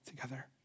together